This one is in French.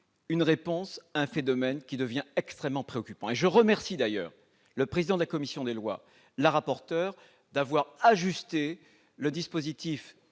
une réponse à un phénomène qui devient extrêmement préoccupant. Je remercie donc le président de la commission des lois et la rapporteur d'avoir ajusté les dispositifs